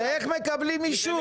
ומי היבואנים ואיך הם מקבלים אישור,